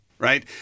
right